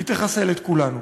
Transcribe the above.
היא תחסל את כולנו.